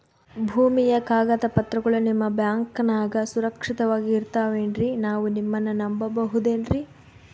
ಭೂಮಿಯ ಕಾಗದ ಪತ್ರಗಳು ನಿಮ್ಮ ಬ್ಯಾಂಕನಾಗ ಸುರಕ್ಷಿತವಾಗಿ ಇರತಾವೇನ್ರಿ ನಾವು ನಿಮ್ಮನ್ನ ನಮ್ ಬಬಹುದೇನ್ರಿ?